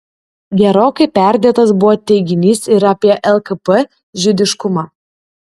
gerokai perdėtas buvo teiginys ir apie lkp žydiškumą